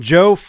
Joe